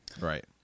right